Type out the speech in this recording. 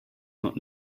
not